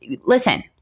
listen